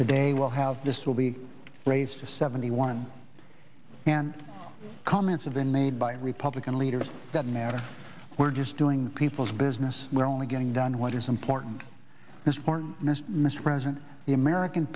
today will have this will be raised to seventy one comments have been made by republican leaders that matter we're just doing the people's business we're only getting done what is important mr president the american